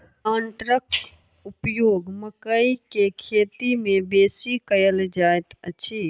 प्लांटरक उपयोग मकइ के खेती मे बेसी कयल जाइत छै